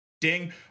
Ding